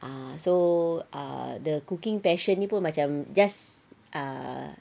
ah so ah the cooking passion ni pun macam just ah